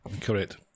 Correct